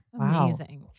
Amazing